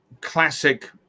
classic